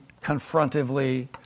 confrontively